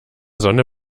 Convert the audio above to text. sonne